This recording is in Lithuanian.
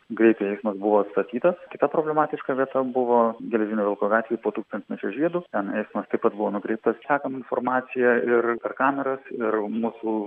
greitai eismas buvo atstatytas kita problematiška vieta buvo geležinio vilko gatvėj po tūkstantmečio žiedu ten eismas taip pat buvo nukreiptas sekam informaciją ir per kameras ir mūsų